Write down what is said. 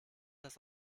das